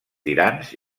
tirants